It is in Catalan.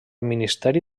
ministeri